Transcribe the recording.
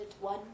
one